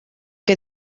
que